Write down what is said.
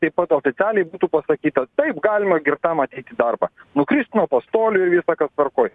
taip pat oficialiai būtų pasakyta taip galima girtam ateit į darbą nukrist nuo pastolių ir visa kas tvarkoj